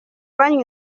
banywa